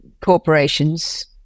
corporations